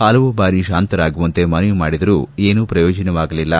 ಹಲವು ಬಾರಿ ತಾಂತರಾಗುವಂತೆ ಮನವಿ ಮಾಡಿದರೂ ಪ್ರಯೋಜನವಾಗಲಿಲ್ಲ